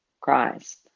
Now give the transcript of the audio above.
Christ